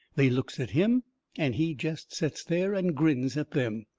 they looks at him and he jest sets there and grins at them.